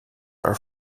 are